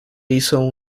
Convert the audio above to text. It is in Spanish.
hizo